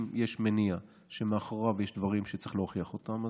אם יש מניע שמאחוריו יש דברים שצריך להוכיח אותם,